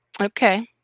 Okay